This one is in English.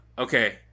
Okay